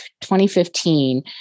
2015